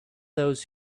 those